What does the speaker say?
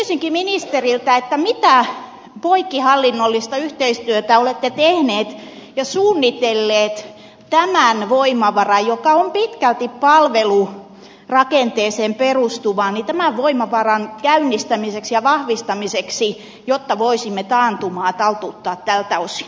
kysyisinkin ministeriltä mitä poikkihallinnollista yhteistyötä olette tehneet ja suunnitelleet tämän voimavaran joka on pitkälti palvelurakenteeseen perustuva käynnistämiseksi ja vahvistamiseksi jotta voisimme taantumaa taltuttaa tältä osin